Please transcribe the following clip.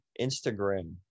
Instagram